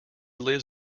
lives